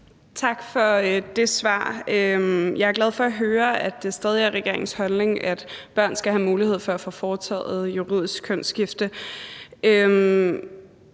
Tak for det svar. Jeg er glad for at høre, at det stadig er regeringens holdning, at børn skal have mulighed for at få foretaget juridisk kønsskifte.